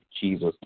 jesus